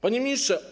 Panie Ministrze!